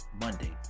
Monday